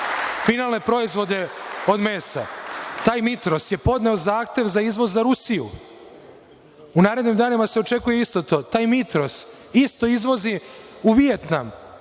finalne proizvode od mesa. Taj „Mitros“ je podneo zahtev za izvoz za Rusiju. U narednim danima se očekuje isto to. Taj „Mitros“ isto izvozi u Vijetnam,